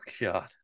God